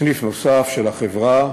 סניף נוסף של החברה,